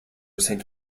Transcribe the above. saint